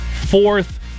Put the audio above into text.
fourth